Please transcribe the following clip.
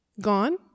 gone